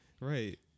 Right